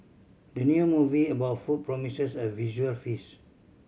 the new movie about food promises a visual feast